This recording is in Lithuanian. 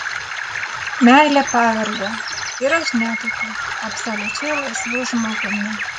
meilė pavergia ir aš netikiu absoliučiai laisvu žmogumi